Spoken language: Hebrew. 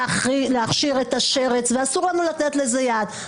להכשיר את השרץ ואסור לנו לתת לזה יד.